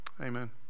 Amen